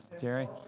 Jerry